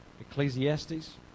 Ecclesiastes